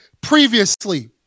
previously